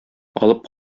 алып